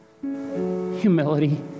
humility